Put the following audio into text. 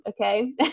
okay